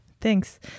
Thanks